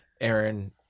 Aaron